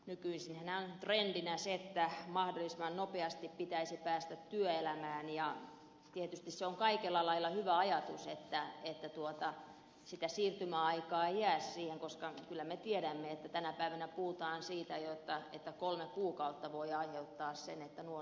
nykyisinhän on trendinä se että mahdollisimman nopeasti pitäisi päästä työelämään ja tietysti se on kaikella lailla hyvä ajatus että sitä siirtymäaikaa ei jää siihen koska kyllä me tiedämme että tänä päivänä puhutaan siitä että kolme kuukautta voi jo aiheuttaa sen että nuori syrjäytyy